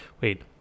wait